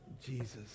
Jesus